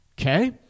okay